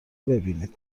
ببینید